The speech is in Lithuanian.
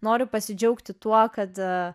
noriu pasidžiaugti tuo kad